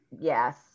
Yes